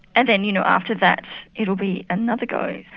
and then you know after that it will be another go,